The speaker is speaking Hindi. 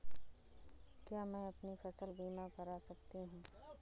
क्या मैं अपनी फसल बीमा करा सकती हूँ?